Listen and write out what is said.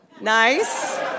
Nice